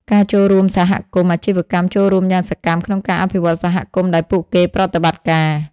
ការចូលរួមសហគមន៍ អាជីវកម្មចូលរួមយ៉ាងសកម្មក្នុងការអភិវឌ្ឍសហគមន៍ដែលពួកគេប្រតិបត្តិការ ។